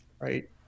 right